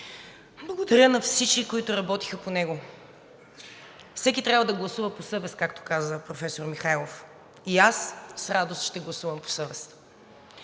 Благодаря на всички, които работиха по него. Всеки трябва да гласува по съвест, както каза професор Михайлов, и аз с радост ще гласувам по съвест.